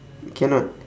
cannot